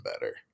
better